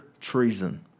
treason